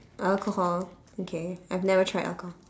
alcohol okay I've never tried alcohol